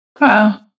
wow